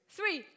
Three